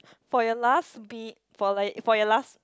for your last be for like for your last